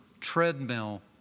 treadmill